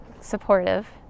supportive